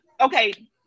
okay